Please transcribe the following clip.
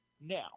Now